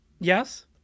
Yes